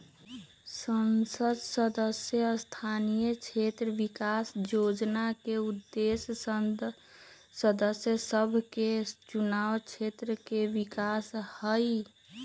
संसद सदस्य स्थानीय क्षेत्र विकास जोजना के उद्देश्य सांसद सभके चुनाव क्षेत्र के विकास हइ